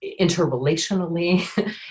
interrelationally